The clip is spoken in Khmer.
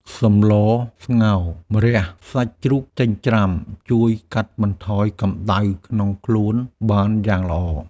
សម្លស្ងោរម្រះសាច់ជ្រូកចិញ្ច្រាំ ជួយកាត់បន្ថយកំដៅក្នុងខ្លួនបានយ៉ាងល្អ។